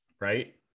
right